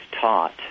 taught